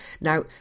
Now